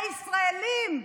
הישראלים,